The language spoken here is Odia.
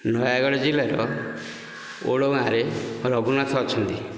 ନୟାଗଡ଼ ଜିଲ୍ଲାର ଓଡ଼ଗାଁରେ ରଘୁନାଥ ଅଛନ୍ତି